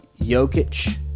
Jokic